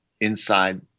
inside